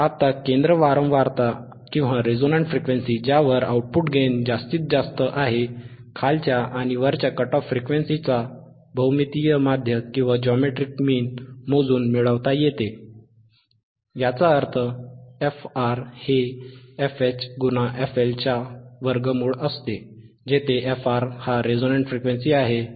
आता केंद्र वारंवारता किंवा रेझोनंट फ्रिक्वेंसी ज्यावर आउटपुट गेन जास्तीत जास्त आहे खालच्या आणि वरच्या कट ऑफ फ्रिक्वेन्सीचा भौमितीय माध्य मोजून मिळवता येतो याचा अर्थ fR हे fH fL च्या वर्गमूळ असते जेथे fR हा रेझोनंट फ्रिक्वेंसी असतो